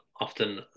often